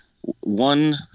one